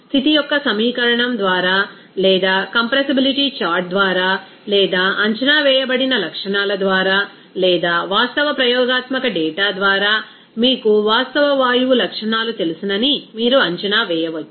స్థితి యొక్క సమీకరణం ద్వారా లేదా కంప్రెసిబిలిటీ చార్ట్ ద్వారా లేదా అంచనా వేయబడిన లక్షణాల ద్వారా లేదా వాస్తవ ప్రయోగాత్మక డేటా ద్వారా మీకు వాస్తవ వాయువు లక్షణాలు తెలుసని మీరు అంచనా వేయవచ్చు